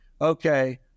okay